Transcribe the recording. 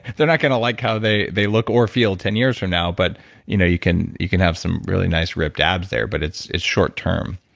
they're not going to like how they they look or feel ten years from now. but you know you can you can have some really nice ripped abs there, but it's it's short term.